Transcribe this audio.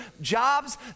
jobs